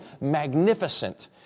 magnificent